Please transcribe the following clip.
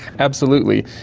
absolutely.